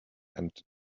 and